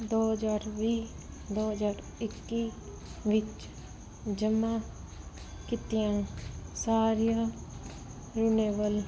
ਦੋ ਹਜ਼ਾਰ ਵੀਹ ਦੋ ਹਜ਼ਾਰ ਇੱਕੀ ਵਿੱਚ ਜਮ੍ਹਾਂ ਕੀਤੀਆਂ ਸਾਰੀਆਂ ਰਿਨਿਵੇਲ